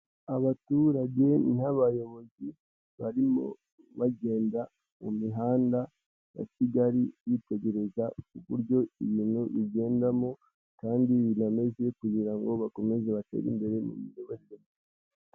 Abaturage n'abayobozi barimo bagenda mu mihanda ya Kigali bitegereza uburyo ibintu bigendamo kandi bigamije kugira ngo bakomeze batere imbere mu miyoborere.